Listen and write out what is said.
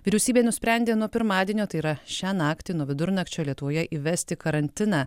vyriausybė nusprendė nuo pirmadienio tai yra šią naktį nuo vidurnakčio lietuvoje įvesti karantiną